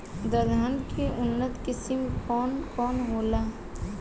दलहन के उन्नत किस्म कौन कौनहोला?